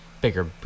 bigger